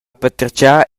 patertgar